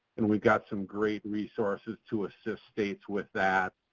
and we've got some great resources to assist states with that.